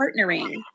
partnering